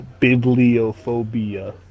Bibliophobia